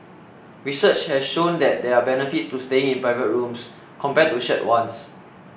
research has shown that there are benefits to staying in private rooms compared to shared ones